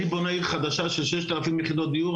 אני בונה עיר חדשה של 6,000 יחידות דיור,